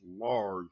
large